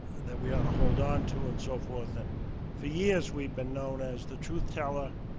that we ought to hold on to and so forth. and for years, we've been known as the truth teller,